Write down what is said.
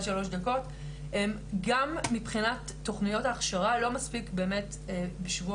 גם מבחינת תוכניות ההכשרה לא מספיק באמת שבוע